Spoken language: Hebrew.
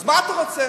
אז מה אתה רוצה?